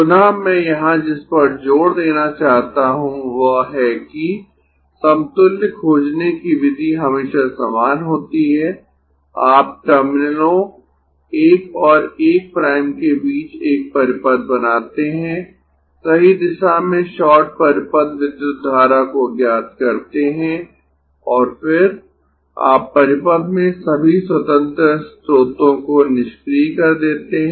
पुनः मैं यहां जिस पर जोर देना चाहता हूं वह है कि समतुल्य खोजने की विधि हमेशा समान होती है आप टर्मिनलों 1 और 1 प्राइम के बीच एक परिपथ बनाते है सही दिशा में शॉर्ट परिपथ विद्युत धारा को ज्ञात करते है और फिर आप परिपथ में सभी स्वतंत्र स्त्रोतों को निष्क्रिय कर देते है